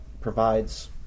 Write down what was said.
provides